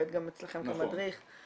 אותו שהוא עובד גם אצלכם כמדריך -- נכון.